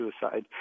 suicide